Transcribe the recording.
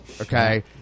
okay